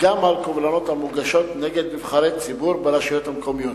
גם על קובלנות המוגשות נגד נבחרי ציבור ברשויות המקומיות.